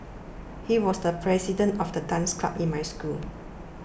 he was the president of the dance club in my school